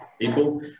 people